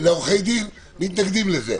לעורכי הדין מתנגדים לזה,